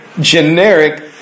generic